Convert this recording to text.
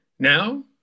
Now